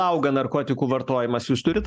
auga narkotikų vartojimas jūs turit